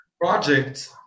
project